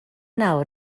nawr